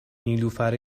نیلوفر